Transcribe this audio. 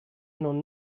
non